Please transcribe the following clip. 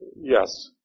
yes